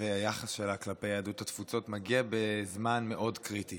והיחס שלה כלפי יהדות התפוצות מגיעים בזמן מאוד קריטי.